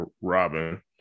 Robin